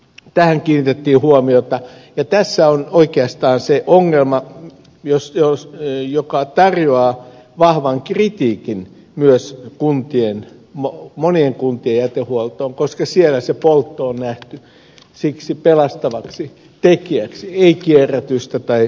tähän kiinnitettiin huomiota ja tässä on oikeastaan se ongelma joka tarjoaa vahvan kritiikin myös monien kuntien jätehuoltoon koska siellä poltto on nähty siksi pelastavaksi tekijäksi ei kierrätys tai uudelleenkäyttö